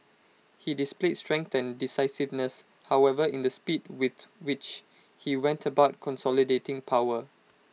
he displayed strength decisiveness however in the speed with which he went about consolidating power